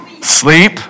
Sleep